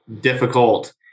difficult